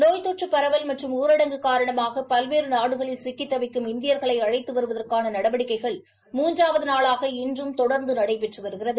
நோய் தொறறு பரவல் மற்றும் ஊரடங்கு காரணமாக பல்வேறு நாடுகளில் சிக்கித் தவிக்கும் இந்தியர்களை அழைத்து வருவதற்கான நடவடிக்கைகள் மூன்றாவது நாளாக இன்றும் தொடர்ந்து நடைபெற்று வருகிறது